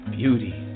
beauty